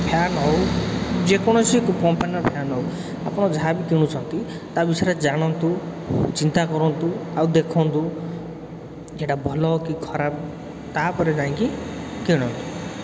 fan ହେଉ ଯେକୌଣସି କ କମ୍ପାନୀର ଫ୍ୟାନ୍ ହେଉ ଆପଣ ଯାହା ବି କିଣୁଛନ୍ତି ତା' ବିଷୟରେ ଜାଣନ୍ତୁ ଚିନ୍ତା କରନ୍ତୁ ଆଉ ଦେଖନ୍ତୁ ଏଇଟା ଭଲ କି ଖରାପ ତା'ପରେ ଯାଇକି କିଣନ୍ତୁ